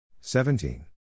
seventeen